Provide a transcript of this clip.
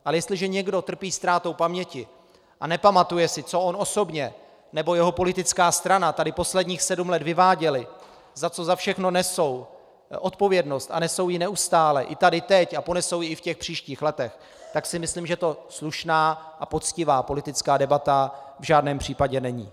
Ale jestliže někdo trpí ztrátou paměti a nepamatuje si, co on osobně nebo jeho politická strana tady posledních sedm let vyváděli, za co všechno nesou odpovědnost, a nesou ji neustále i tady a teď a ponesou ji i v těch příštích letech, tak si myslím, že to slušná a poctivá politická debata v žádném případě není.